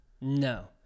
No